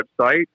website